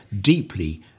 deeply